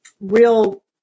real